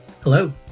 Hello